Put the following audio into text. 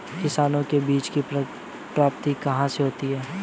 किसानों को बीज की प्राप्ति कहाँ से होती है?